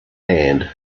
hand